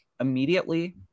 immediately